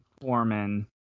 Foreman